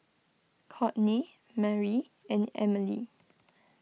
Cortney Mari and Emilie